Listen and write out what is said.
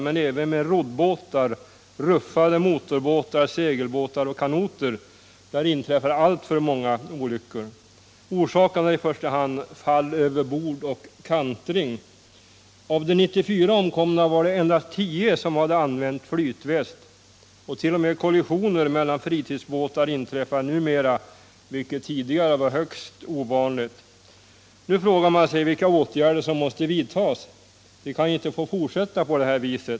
Men även med roddbåtar, ruffade motorbåtar, segelbåtar och kanoter inträffar alltför många olyckor. Orsaken är i första hand fall över bord och kantring. Av de 94 omkomna hade endast 10 använt flytväst. T. o. m. kollisioner mellan fritidsbåtar inträffar numera, vilket tidigare var högst ovanligt. Man frågar sig vilka åtgärder som måste vidtas. Det kan inte få fortsätta på detta vis.